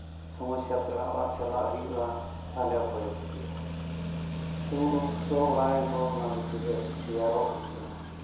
ᱥᱚᱢᱚᱥᱟ ᱯᱮᱲᱟ ᱚᱲᱟᱜ ᱪᱟᱞᱟᱜ ᱦᱩᱭᱩᱜᱼᱟ ᱛᱟᱦᱚᱞᱮ ᱚᱠᱚᱭᱮ ᱜᱩᱯᱤᱭᱟ ᱛᱚ ᱩᱱ ᱚᱠᱛᱚ ᱫᱚ ᱚᱲᱟᱜ ᱨᱮᱱ ᱦᱚᱸ ᱚᱱᱟ ᱜᱩᱯᱤ ᱨᱮ ᱥᱮᱭᱟᱨᱚᱜ ᱦᱩᱭᱩᱜᱼᱟ